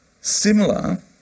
similar